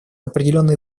определенный